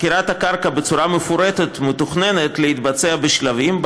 חקירת הקרקע בצורה מפורטת מתוכננת להתבצע בשלבים,